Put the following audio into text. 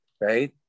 Right